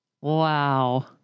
wow